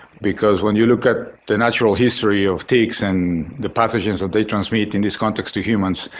because when you look at the natural history of ticks and the pathogens that they transmit in this context to humans,